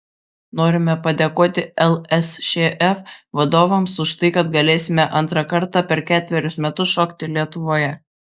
norime padėkoti lsšf vadovams už tai kad galėsime antrą kartą per ketverius metus šokti lietuvoje